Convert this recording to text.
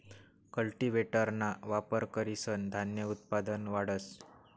कल्टीव्हेटरना वापर करीसन धान्य उत्पादन वाढस